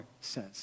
says